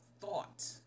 thought